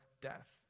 death